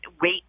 wait